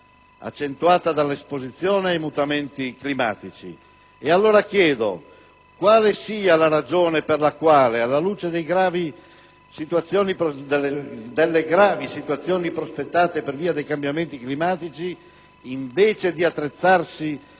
accentuata dall'esposizione ai mutamenti climatici.